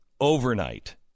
overnight